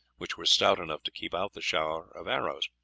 which were stout enough to keep out the shower of arrows.